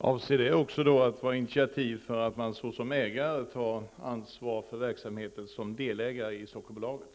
Fru talman! Avses det vara ett initiativ till att man som ägare tar ansvar för verksamheten som delägare i Sockerbolaget?